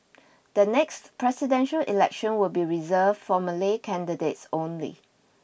the next presidential election will be reserved for Malay candidates only